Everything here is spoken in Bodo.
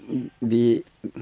बि